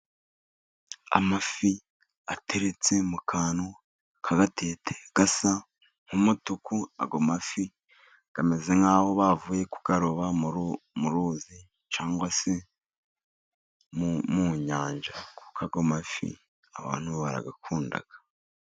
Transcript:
Amafi ateretse mu kantu kagatete gasa nk'umutuku, ayo mafi ameze nk'aho bavuye ku yaroba mu ruzi, cyangwa se mu nyanja, kuko ayo mafi abantu barayakunda.